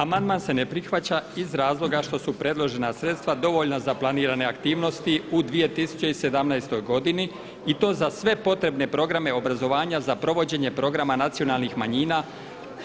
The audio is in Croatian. Amandman se ne prihvaća iz razloga što su predložena sredstva dovoljna za planirane aktivnosti u 2017. godini i to za sve potrebne programe obrazovanja, za provođenje programa nacionalnih manjina